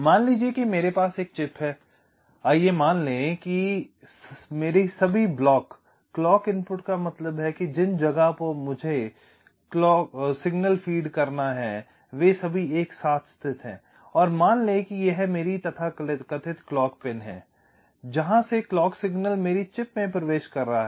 मान लीजिए कि मेरे पास एक चिप है आइए मान लें कि मेरी सभी क्लॉक क्लॉक इनपुट का मतलब है जिन जगहों पर मुझे घड़ी सिग्नल फीड करना है वे सभी एक साथ स्थित हैं और मान लें कि यह मेरी तथाकथित क्लॉक पिन है जहां से क्लॉक सिग्नल मेरी चिप में प्रवेश कर रहा है